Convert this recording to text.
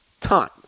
time